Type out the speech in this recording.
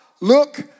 look